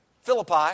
Philippi